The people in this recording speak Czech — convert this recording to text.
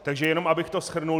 Takže jenom abych to shrnul.